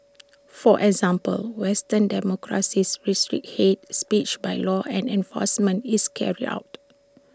for example western democracies restrict hate speech by law and enforcement is carried out